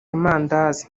amandazi